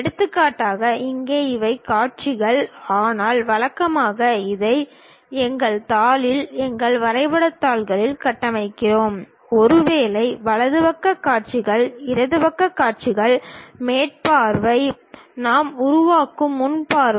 எடுத்துக்காட்டாக இங்கே இவை காட்சிகள் ஆனால் வழக்கமாக அதை எங்கள் தாளில் எங்கள் வரைபடத் தாள்களில் கட்டமைக்கிறோம் ஒருவேளை வலது பக்க காட்சிகள் இடது பக்க காட்சிகள் மேல் பார்வை நாம் உருவாக்கும் முன் பார்வை